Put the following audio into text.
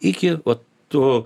iki vat to